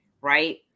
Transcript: Right